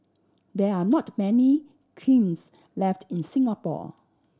there are not many kilns left in Singapore